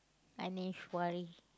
Ganesh why